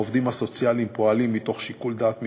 העובדים הסוציאליים פועלים מתוך שיקול דעת מקצועי,